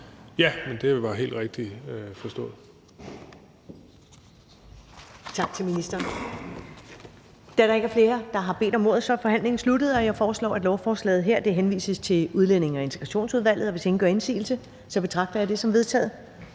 Ja, det var helt rigtigt forstået.